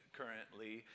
currently